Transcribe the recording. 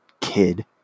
kid